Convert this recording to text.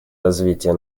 развития